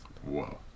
whoa